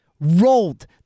rolled